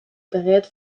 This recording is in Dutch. bereid